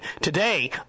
today